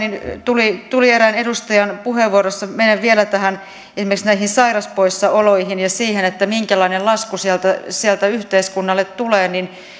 tuli tuli erään edustajan puheenvuorossa ja menen vielä esimerkiksi näihin sairauspoissaoloihin ja siihen minkälainen lasku sieltä sieltä yhteiskunnalle tulee